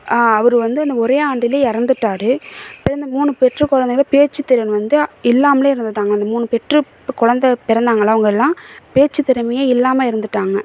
அவர் வந்து அந்த ஒரே ஆண்டுல இறந்துட்டாரு பிறந்த மூணு பெற்ற குழந்தைகளும் பேச்சுத்திறன் வந்து இல்லாமலே இருந்தாங்க அந்த மூணு பெற்று குழந்த பிறந்தாங்களை அவங்கெல்லாம் பேச்சுத் திறமையே இல்லாமல் இருந்துவிட்டாங்க